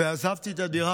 ועזבתי את הדירה.